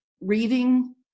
reading